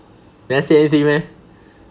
never say anything meh